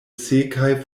sekaj